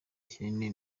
kinini